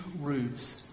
roots